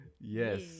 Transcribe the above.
Yes